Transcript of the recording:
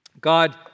God